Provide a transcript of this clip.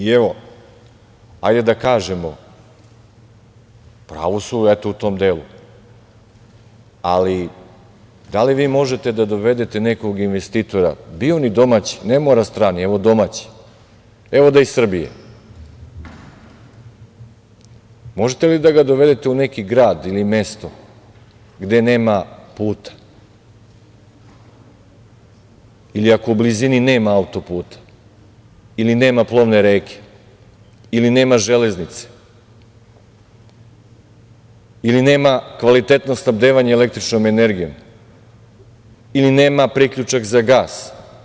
Evo, hajde da kažemo, u pravu su eto u tom delu, ali da li vi možete da dovedete nekog investitora bio on i domaći, ne mora strani, evo domaći, evo da je iz Srbije, možete li da ga dovedete u neki grad ili mesto gde nema puta ili ako u blizini nema auto-puta ili nema plovne reke ili nema železnice ili nema kvalitetno snabdevanje električnom energijom ili nema priključak za gas.